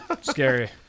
Scary